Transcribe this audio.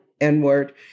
N-word